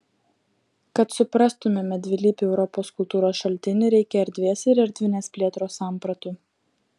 kad suprastumėme dvilypį europos kultūros šaltinį reikia erdvės ir erdvinės plėtros sampratų